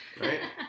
right